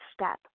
step